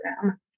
program